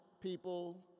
people